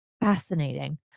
Fascinating